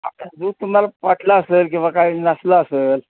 आता दूध तुम्हाला फाटला असेल किंवा काही नासला असेल